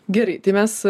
gerai tai mes